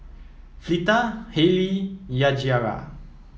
Fleeta Hailee Yajaira